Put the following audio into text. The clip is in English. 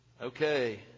Okay